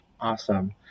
Awesome